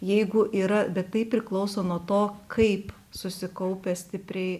jeigu yra bet tai priklauso nuo to kaip susikaupia stipriai